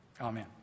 Amen